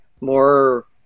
more